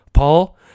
Paul